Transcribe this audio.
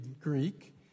Greek